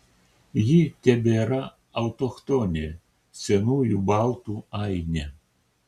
ji tebėra autochtonė senųjų baltų ainė